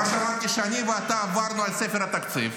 אמרתי שאני ואתה עברנו על ספר התקציב,